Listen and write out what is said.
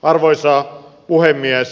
arvoisa puhemies